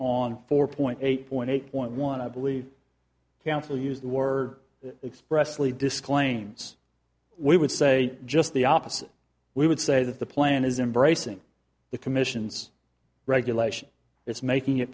on four point eight point eight point one i believe council used the war expressly disclaims we would say just the opposite we would say that the plan is embracing the commission's regulation it's making it